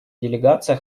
делегация